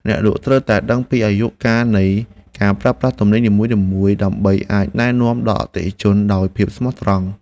អ្នកលក់ត្រូវតែដឹងពីអាយុកាលនៃការប្រើប្រាស់ទំនិញនីមួយៗ ដើម្បីអាចណែនាំដល់អតិថិជនដោយភាពស្មោះត្រង់។